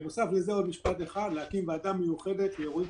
בנוסף לזה, צריך להקים ועדה מיוחדת למקרים חריגים,